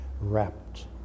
wrapped